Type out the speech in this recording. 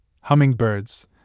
Hummingbirds